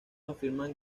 afirman